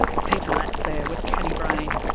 peter latz there with caddie brain.